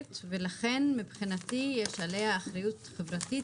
ולכן מבחינתי יש עליה אחריות חברתית,